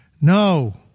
no